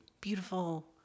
beautiful